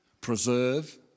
preserve